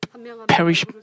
parish